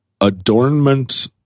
adornment